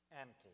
empty